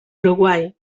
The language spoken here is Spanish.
uruguay